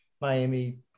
Miami